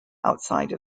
outside